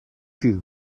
you